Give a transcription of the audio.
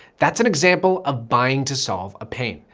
that's an example of buying to solve a pain.